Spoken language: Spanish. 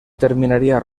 terminaría